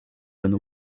donne